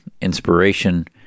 inspiration